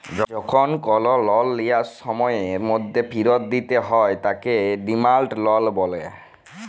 যখল call loan লিয়ার কম সময়ের ম্যধে ফিরত দিতে হ্যয় তাকে ডিমাল্ড লল ব্যলে